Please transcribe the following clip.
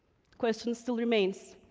question still remains.